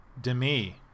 Demi